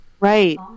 Right